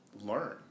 learn